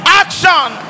action